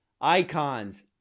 Icon's